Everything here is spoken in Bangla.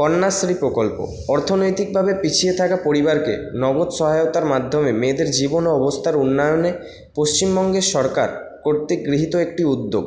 কন্যাশ্রী প্রকল্প অর্থনৈতিকভাবে পিছিয়ে থাকা পরিবারকে নগদ সহায়তার মাধ্যমে মেয়েদের জীবন ও অবস্থার উন্নয়নে পশ্চিমবঙ্গের সরকার কর্তৃক গৃহীত একটি উদ্যোগ